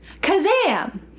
Kazam